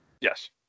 Yes